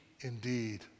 indeed